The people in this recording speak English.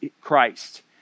Christ